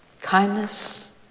kindness